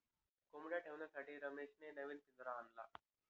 कोंबडया ठेवण्यासाठी रमेशने नवीन पिंजरा आणला